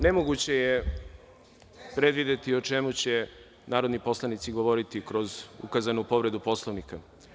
Nemoguće je predvideti o čemu će narodni poslanici govoriti kroz ukazanu povredu Poslovnika.